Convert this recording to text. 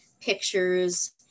pictures